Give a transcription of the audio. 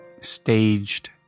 staged